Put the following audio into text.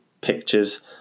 pictures